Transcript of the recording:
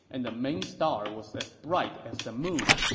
and the main star was as bright as the moon.